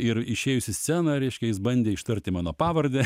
ir išėjus į sceną reiškia jis bandė ištarti mano pavardę